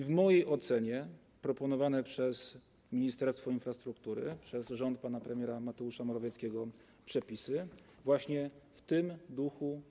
W mojej ocenie proponowane przez Ministerstwo Infrastruktury, przez rząd pana premiera Mateusza Morawieckiego przepisy są stworzone właśnie w tym duchu.